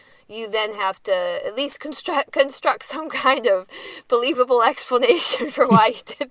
you then have to at least construct construct some kind of believable explanation for white